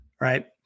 right